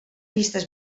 llistes